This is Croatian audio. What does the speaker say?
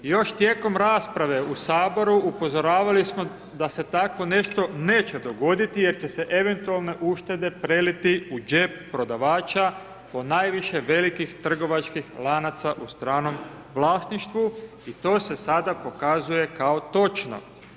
Još tijekom rasprave u Saboru upozoravali smo da se tako nešto neće dogoditi jer će se eventualne uštede preliti u džep prodavača, ponajviše velikih trgovačkih lanaca u stranom vlasništvu i to se sada pokazuje kao točno.